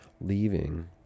leaving